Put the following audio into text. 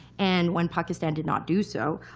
and when pakistan did not do so,